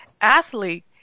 athlete